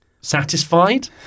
satisfied